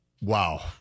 wow